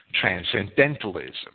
transcendentalism